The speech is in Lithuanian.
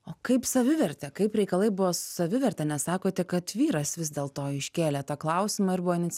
o kaip savivertė kaip reikalai buvo s saviverte nes sakote kad vyras vis dėlto iškėlė tą klausimą ir buvo inicia